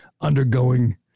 undergoing